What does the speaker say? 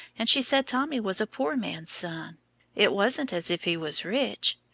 and she said tommy was a poor man's son it wasn't as if he was rich.